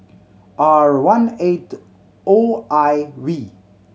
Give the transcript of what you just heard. R one eight O I V